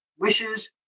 wishes